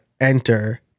enter